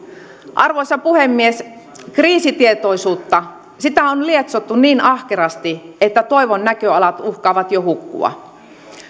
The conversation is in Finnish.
arvoisa puhemies kriisitietoisuutta sitä on lietsottu niin ahkerasti että toivon näköalat uhkaavat jo hukkua